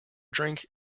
drink